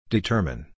Determine